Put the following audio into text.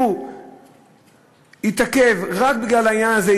הוא התעכב רק בגלל העניין הזה,